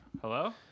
Hello